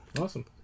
Awesome